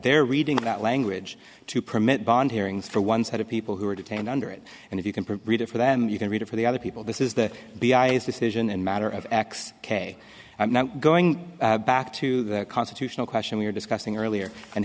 they're reading that language to permit bond hearings for one set of people who are detained under it and if you can read it for them you can read it for the other people this is the the i is decision and matter of x ok i'm not going back to the constitutional question we were discussing earlier and